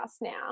now